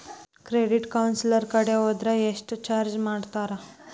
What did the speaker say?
Credit counsellor ಕಡೆ ಹೊದ್ರ ಯೆಷ್ಟ್ ಚಾರ್ಜ್ ಮಾಡ್ತಾರ?